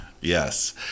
Yes